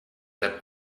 that